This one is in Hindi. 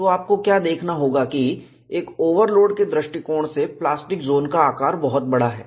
तो आपको क्या देखना होगा कि एक ओवरलोड के दृष्टिकोण से प्लास्टिक जोन का आकार बहुत बड़ा है